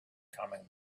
coming